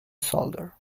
solder